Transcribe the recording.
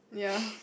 ya